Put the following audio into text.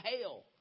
hell